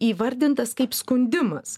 įvardintas kaip skundimas